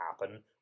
happen